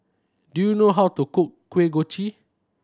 do you know how to cook Kuih Kochi